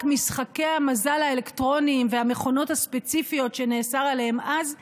משחקי המזל האלקטרוניים והמכונות הספציפיות שנאסר עליהן אז ייאסרו,